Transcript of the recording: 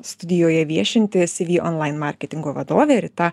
studijoje viešinti cv onlain marketingo vadovė rita